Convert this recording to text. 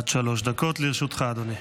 עד שלוש דקות לרשותך, אדוני.